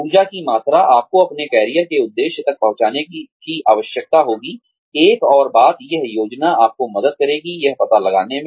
ऊर्जा की मात्रा आपको अपने कैरियर के उद्देश्य तक पहुंचने की आवश्यकता होगी एक और बात यह योजना आपको मदद करेगी यह पता लगाने में